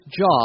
job